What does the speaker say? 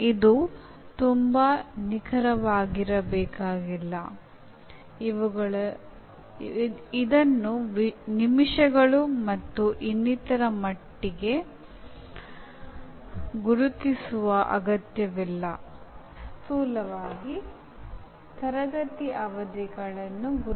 ಅದು ಶಾಲೆ ಅಥವಾ ಕಾಲೇಜು ಅಥವಾ ವಿಶ್ವವಿದ್ಯಾನಿಲಯವಾಗಿರಬಹುದು